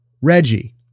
Reggie